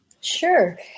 Sure